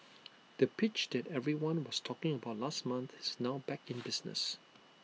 the pitch that everyone was talking about last month is now back in business